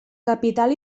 capital